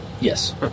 Yes